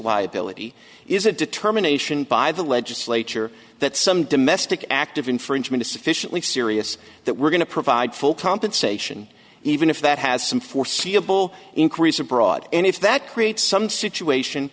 liability is a determination by the legislature that some domestic act of infringement is sufficiently serious that we're going to provide full compensation even if that has some foreseeable increase abroad and if that creates some situation